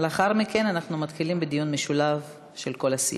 ולאחר מכן אנחנו מתחילים בדיון משולב של כל הסיעות.